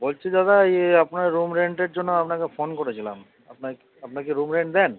বলছি দাদা ইয়ে আপনার রুম রেন্টের জন্য আপনাকে ফোন করেছিলাম আপনার কি আপনারা কি রুম রেন্ট দেন